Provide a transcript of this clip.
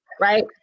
right